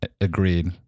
agreed